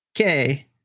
Okay